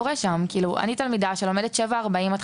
אני תלמידה שלומדת כל יום משעה 07:40 ועד